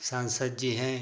सांसद जी हैं